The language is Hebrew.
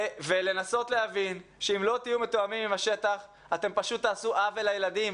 ולנסות להבין שאם לא תהיו מתואמים עם השטח אתם פשוט תעשו עוול לילדים.